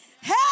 hey